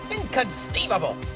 Inconceivable